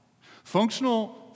Functional